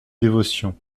dévotion